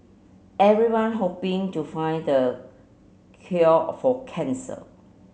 everyone hoping to find the cure for cancer